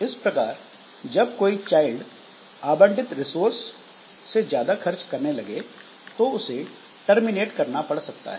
इस प्रकार जब कोई चाइल्ड आवंटित रिसोर्स से ज्यादा खर्च करने लगे तो उसे टर्मिनेट करना पड़ सकता है